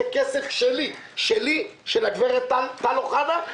זה כסף שלי ושל הגברת טל אוחנה.